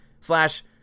slash